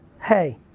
Hey